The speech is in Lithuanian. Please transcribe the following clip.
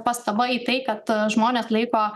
pastaba į tai kad žmonės laiko